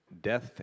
death